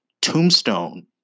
Tombstone